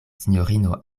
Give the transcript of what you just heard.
sinjorino